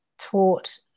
taught